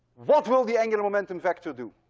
what will the angular momentum vector do?